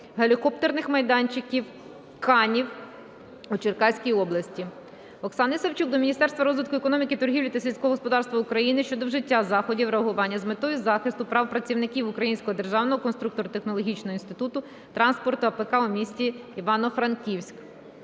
"Гелікоптерний майданчик Канів" у Черкаській області. Оксани Савчук до Міністерства розвитку економіки, торгівлі та сільського господарства України щодо вжиття заходів реагування з метою захисту прав працівників Українського державного конструкторсько-технологічного інституту транспорту АПК у місті Івано-Франківськ.